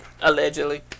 allegedly